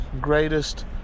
greatest